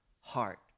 heart